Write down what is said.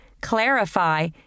clarify